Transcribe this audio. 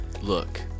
look